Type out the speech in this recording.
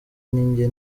ninjye